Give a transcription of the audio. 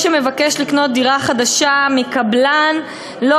מי שמבקש לקנות דירה חדשה מקבלן לא